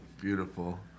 Beautiful